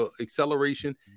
acceleration